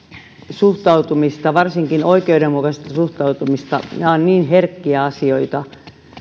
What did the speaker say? suhtautumista varsinkin oikeudenmukaista suhtautumista nämä ovat niin herkkiä asioita